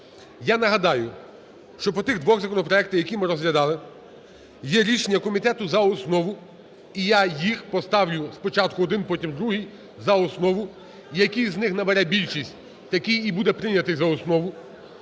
Я нагадаю, що по тих двох законопроектах, які ми розглядали, є рішення комітету за основу, і я їх поставлю спочатку один, потім другий за основу. Який з них набере більшість, такий і буде прийнятий за основу.